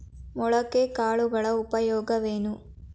ಮೊಳಕೆ ಕಾಳುಗಳ ಉಪಯೋಗವೇನು?